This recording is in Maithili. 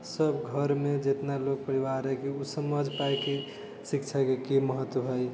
सभ घरमे जितना लोक परिवार अछि ओ समझ पाबै कि शिक्षाके की महत्व है